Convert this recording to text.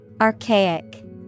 Archaic